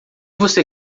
você